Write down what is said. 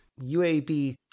UAB